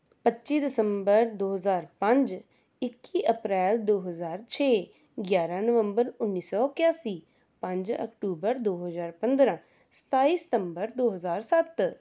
ਪੱਚੀ ਦਸੰਬਰ ਦੋ ਹਜ਼ਾਰ ਪੰਜ ਇੱਕੀ ਅਪ੍ਰੈਲ ਦੋ ਹਜ਼ਾਰ ਛੇ ਗਿਆਰਾਂ ਨਵੰਬਰ ਉੱਨੀਂ ਸੌ ਇਕਿਆਸੀ ਪੰਜ ਅਕਟੂਬਰ ਦੋ ਹਜ਼ਾਰ ਪੰਦਰਾਂ ਸਤਾਈ ਸਤੰਬਰ ਦੋ ਹਜ਼ਾਰ ਸੱਤ